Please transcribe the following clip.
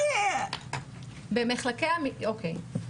אוקיי.